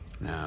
No